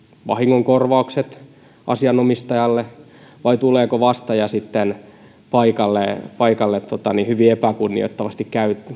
vahingonkorvaukset asianomistajalle vai tuleeko vastaaja paikalle paikalle hyvin epäkunnioittavasti